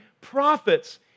prophets